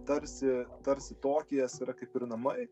tarsi tarsi tokijas yra kaip ir namai